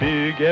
Big